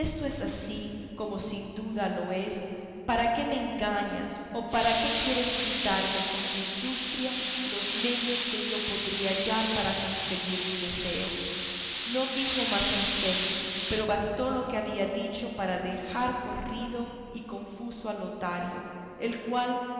esto es así como sin duda lo es para qué me engañas o por qué quieres quitarme con tu industria los medios que yo podría hallar para conseguir mi deseo no dijo más anselmo pero bastó lo que había dicho para dejar corrido y confuso a lotario el cual